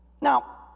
Now